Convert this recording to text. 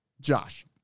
Josh